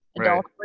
adult